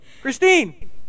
Christine